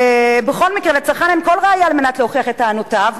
בכל מקרה, לצרכן אין כל ראיה להוכיח את טענותיו.